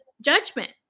judgment